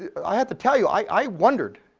i have to tell you i wondered,